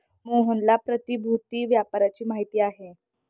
मोहनला प्रतिभूति व्यापाराची माहिती आहे